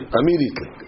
immediately